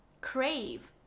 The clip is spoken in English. crave